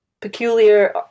peculiar